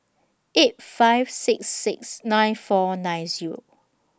eight five six six nine four nine Zero